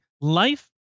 life